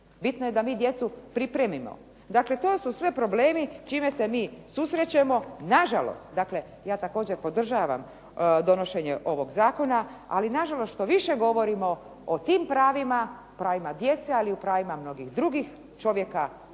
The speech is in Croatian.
bitno je da mi djecu pripremimo. Dakle, to su sve problemi s čime se mi susrećemo nažalost. Dakle, ja također podržavam donošenje ovog zakona, ali nažalost što više govorimo o tim pravima, pravima djece, ali i pravima mnogih drugih, čovjeka